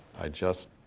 i just.